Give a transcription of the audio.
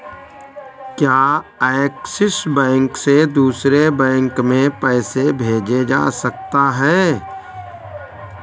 क्या Axis bank से दूसरे बैंक में पैसे भेजे जा सकता हैं?